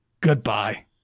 Goodbye